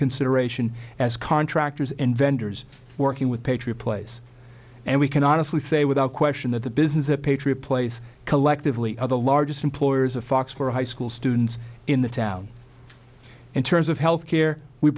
consideration as contractors and vendors working with patriot place and we can honestly say without question that the business at patriot place collectively of the largest employers of fox for high school students in the town in terms of health care we